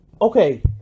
Okay